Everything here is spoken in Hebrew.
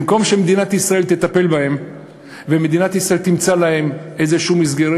במקום שמדינת ישראל תטפל בהם ותמצא להם מסגרת,